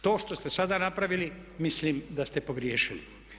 To što ste sada napravili, mislim da ste pogriješili.